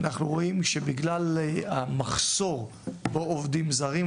אנחנו רואים שבגלל המחסור בעובדים זרים,